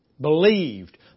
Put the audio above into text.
believed